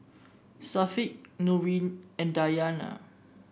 Syafiq Nurin and Dayana